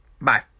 bye